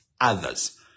others